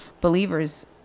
believers